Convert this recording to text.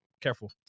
Careful